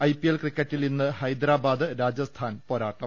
IPL ക്രിക്കറ്റിൽ ഇന്ന് ഹൈദ്രബാദ് രാജസ്ഥാൻ പോരാട്ടം